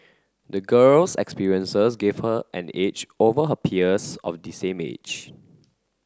the girl's experiences gave her an edge over her peers of the same age